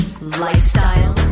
lifestyle